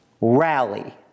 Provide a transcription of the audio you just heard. rally